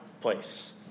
place